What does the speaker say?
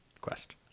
quest